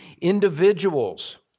individuals